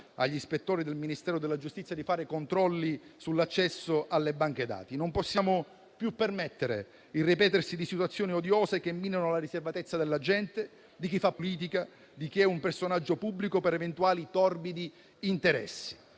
gli ispettori del Ministero della giustizia di fare controlli sull'accesso alle banche dati. Non possiamo più permettere il ripetersi di situazioni odiose, che minano la riservatezza della gente, di chi fa politica, di chi è un personaggio pubblico, per eventuali torbidi interessi.